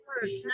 first